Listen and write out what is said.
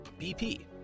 BP